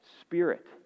spirit